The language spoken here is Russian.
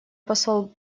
посол